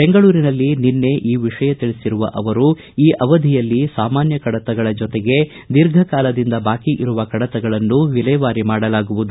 ಬೆಂಗಳೂರಿನಲ್ಲಿ ನಿನ್ನೆ ಈ ವಿಷಯ ತಿಳಿಸಿರುವ ಅವರು ಈ ಅವಧಿಯಲ್ಲಿ ಸಾಮಾನ್ಯ ಕಡತಗಳ ಜೊತೆಗೆ ದೀರ್ಘ ಕಾಲದಿಂದ ಬಾಕಿ ಇರುವ ಕಡತಗಳನ್ನೂ ವಿಲೇವಾರಿ ಮಾಡಲಾಗುವುದು